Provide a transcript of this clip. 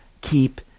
keep